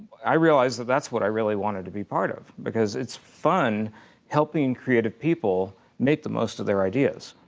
i realized that's what i really wanted to be part of because it's fun helping creative people make the most of their ideas.